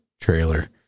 trailer